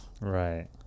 Right